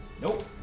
Nope